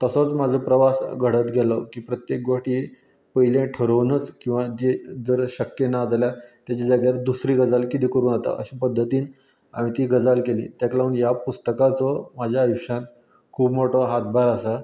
तसोच म्हाजो प्रवास घडत गेलो की प्रत्येक गोश्ट ही पयल्या थारावनूच किंवां जी जर शक्य ना जाल्यार तेजे जाग्यार दुसरी गजाल कितें करूं येता अशे पद्दतीन हांवें ती गजाल केली तेका लागून ह्या पुस्तकाचो म्हाज्या आयुश्यांत खूब मोठो हातभार आसा